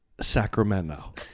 Sacramento